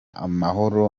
amahoro